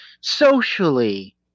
socially